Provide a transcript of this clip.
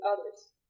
others